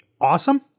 awesome